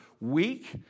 weak